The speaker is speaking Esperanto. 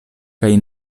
kaj